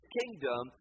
kingdom